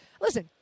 Listen